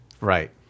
Right